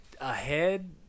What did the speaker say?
ahead